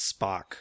Spock